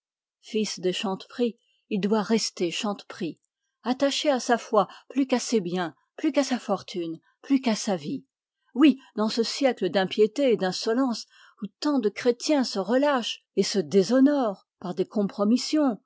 fils des chanteprie il doit rester chanteprie attaché à sa foi plus qu'à ses biens plus qu'à sa fortune plus qu'à sa vie oui dans ce siècle d'impiété et d'insolence où tant de chrétiens se relâchent et se déshonorent par des compromissions